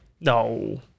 No